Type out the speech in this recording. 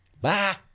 Bye